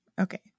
Okay